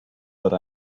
what